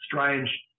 strange